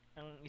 ang